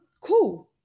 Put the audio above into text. cool